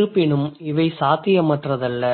இருப்பினும் இவை சாத்தியமற்றது அல்ல